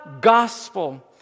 gospel